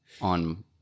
on